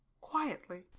quietly